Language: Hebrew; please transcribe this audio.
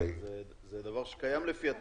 זה דבר שקיים לפי התקנון,